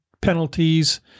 penalties